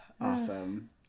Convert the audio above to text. Awesome